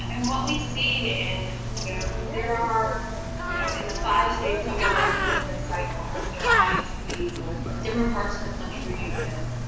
and what we see in you know there are you know in the five states that we're working in this cycle there are obviously different parts of the country with,